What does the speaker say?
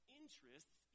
interests